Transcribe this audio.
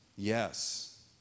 Yes